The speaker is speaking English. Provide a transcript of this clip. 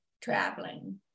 traveling